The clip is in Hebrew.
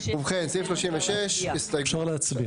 הסתייגויות של יש עתיד ושל המחנה הממלכתי,